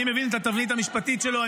אני מבין את התבנית המשפטית שלו,